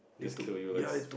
just kill you like